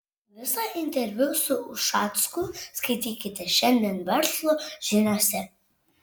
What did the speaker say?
visą interviu su ušacku skaitykite šiandien verslo žiniose